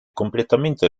completamente